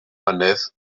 mynydd